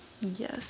yes